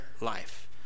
life